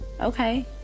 okay